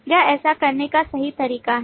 यह ऐसा करने का सही तरीका है